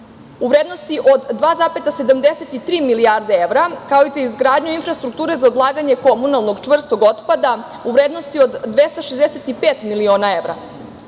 u vrednosti od 2,73 milijarde evra, kao i za izgradnju infrastrukture za odlaganje komunalnog čvrstog otpada u vrednosti od 265 miliona